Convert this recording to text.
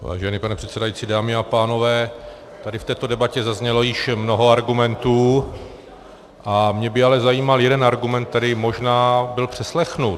Vážený pane předsedající, dámy a pánové, tady v této debatě zaznělo již mnoho argumentů a mě by ale zajímal jeden argument, který možná byl přeslechnut.